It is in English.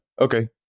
Okay